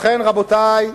לכן, רבותי,